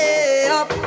up